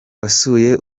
wasuye